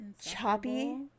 choppy